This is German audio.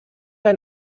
ein